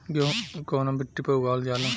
गेहूं कवना मिट्टी पर उगावल जाला?